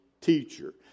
teacher